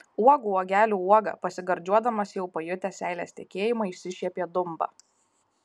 uogų uogelių uoga pasigardžiuodamas jau pajutęs seilės tekėjimą išsišiepė dumba